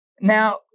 Now